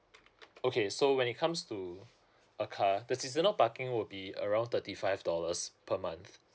okay so when it comes to a car the seasonal parking would be around thirty five dollars per month